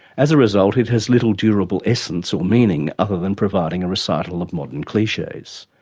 as a result it has little durable essence or meaning other than providing a recital of modern cliches.